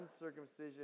uncircumcision